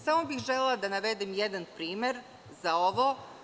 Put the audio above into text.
Samo bih želela da navedem jedan primer za ovo.